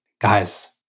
guys